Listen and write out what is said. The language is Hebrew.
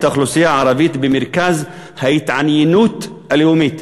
האוכלוסייה הערבית במרכז ההתעניינות הלאומית.